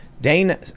Dane